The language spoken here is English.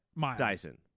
Dyson